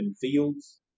fields